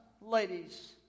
ladies